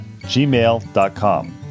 gmail.com